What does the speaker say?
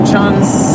John's